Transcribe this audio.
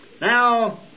now